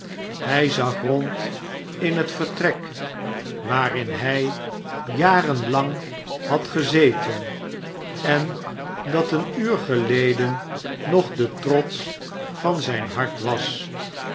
verbijsterd zag rond in het vertrek waarin hij jaren lang had gezeten en dat en uur geleden nog de trots van zijn hart was